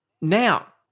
Now